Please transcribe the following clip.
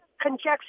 conjecture